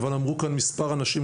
אבל אמרו כאן מספר אנשים,